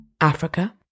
Africa